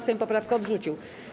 Sejm poprawkę odrzucił.